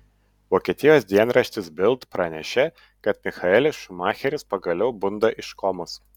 vokietijos dienraštis bild pranešė kad michaelis schumacheris pagaliau bunda iš komos